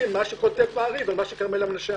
את מה שאומר מעריב על דבריה של כרמלה מנשה,